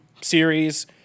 series